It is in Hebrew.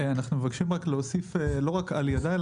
אנחנו מבקשים להוסיף: לא רק על ידה,